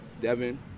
Devin